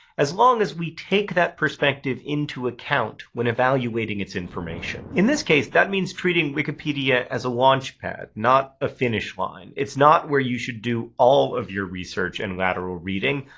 as long as we take that perspective into account when evaluating its information. in this case, that means treating wikipedia as a launchpad, not a finish line. it's not where you should do all of your research and lateral reading.